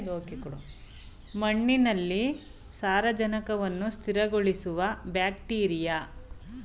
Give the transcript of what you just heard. ಮಣ್ಣಿನಲ್ಲಿ ಸಾರಜನಕವನ್ನು ಸ್ಥಿರಗೊಳಿಸುವ ಬ್ಯಾಕ್ಟೀರಿಯಾ ಯಾವುದು?